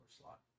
slot